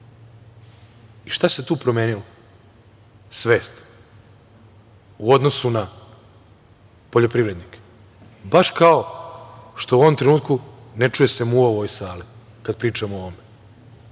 I šta se tu promenilo? Svest u odnosu na poljoprivrednike. Baš kao što u ovom trenutku ne čuje se muva u ovoj sali kada pričamo o ovome,